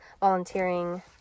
volunteering